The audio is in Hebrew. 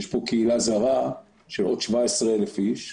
יש פה קהילה זרה של עוד 17,000 איש,